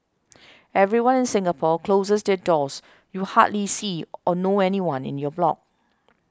everyone in Singapore closes their doors you hardly see or know anyone in your block